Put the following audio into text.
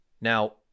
Now